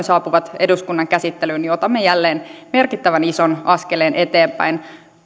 saapuvat eduskunnan käsittelyyn niin otamme jälleen merkittävän ison askeleen eteenpäin